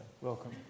Welcome